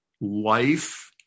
life